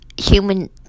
Human